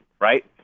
Right